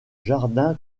jardin